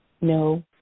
no